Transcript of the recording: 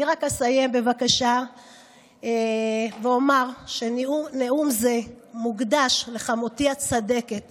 אני רק אסיים בבקשה ואומר שנאום זה מוקדש לחמותי הצדקת